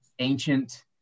ancient